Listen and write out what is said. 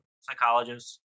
psychologist